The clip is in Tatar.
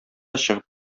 чыгып